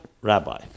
Rabbi